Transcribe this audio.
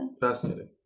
Fascinating